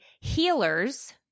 healers